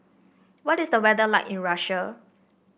what is the weather like in Russia